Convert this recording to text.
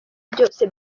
byose